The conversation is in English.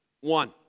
One